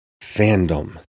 Fandom